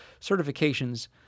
certifications